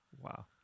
Wow